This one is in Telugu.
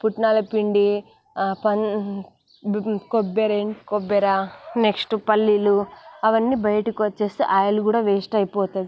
పుట్నాల పిండి కొబ్బరి కొబ్బరి నెక్స్ట్ పల్లీలు అవన్నీ బయటకి వచ్చేసి ఆయిల్ కూడా వేస్ట్ అయిపోతుంది